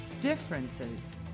differences